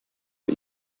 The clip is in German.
bei